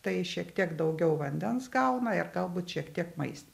tai šiek tiek daugiau vandens gauna ir galbūt šiek tiek mais